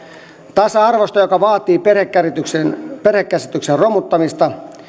tasa arvosta joka vaatii perhekäsityksen perhekäsityksen romuttamista